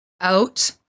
out